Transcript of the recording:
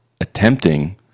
attempting